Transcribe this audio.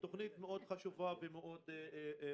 תוכנית מאד חשובה ומעשירה.